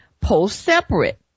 post-separate